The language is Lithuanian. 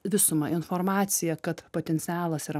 visumą informacija kad potencialas yra